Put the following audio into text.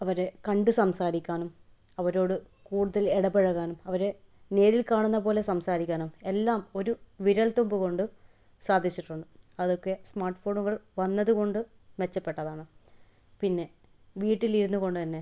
അവരെ കണ്ട് സംസാരിക്കാനും അവരോട് കൂടുതൽ ഇടപഴകാനും അവരെ നേരിൽ കാണുന്നപോലെ സംസാരിക്കാനും എല്ലാം ഒരു വിരൽത്തുമ്പുകൊണ്ട് സാധിച്ചിട്ടുണ്ട് അതൊക്കെ സ്മാർട് ഫോണുകൾ വന്നത് കൊണ്ട് മെച്ചപ്പെട്ടതാണ് പിന്നെ വീട്ടിൽ ഇരുന്ന് കൊണ്ട്തന്നെ